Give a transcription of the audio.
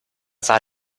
sah